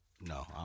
No